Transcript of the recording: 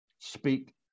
speak